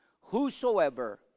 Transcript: whosoever